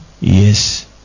Yes